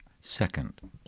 Second